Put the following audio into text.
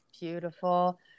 Beautiful